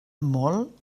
molt